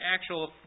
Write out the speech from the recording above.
actual